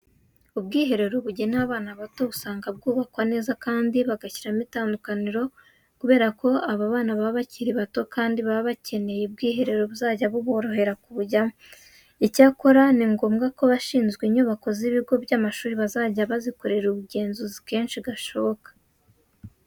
Ubwiherero bugenewe abana bato usanga bwubakwa neza kandi bagashyiramo itandukaniro kubera ko aba bana baba bakiri bato kandi bakeneye ubwiherero buzajya buborohera kubujyamo. Icyakora ni ngombwa ko abashinzwe inyubako z'ibigo by'amashuri bazajya bazikorera ubugenzuzi kenshi gashoboka.